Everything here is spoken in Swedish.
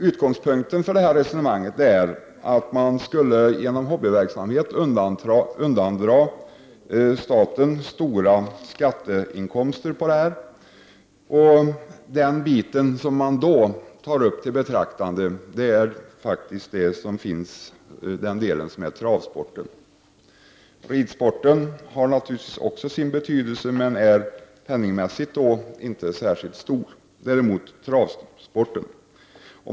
Utgångspunkten för det resonemanget är att man genom hobbyverksamhet skulle undandra staten stora skatteinkomster. Det man då tar upp till betraktande är travsporten. Ridsporten har naturligtvis också sin betydelse, men den är penningmässigt inte särskilt stor. Det är däremot travsporten.